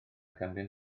ganddyn